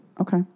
Okay